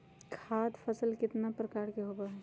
खाद्य फसल कितना प्रकार के होबा हई?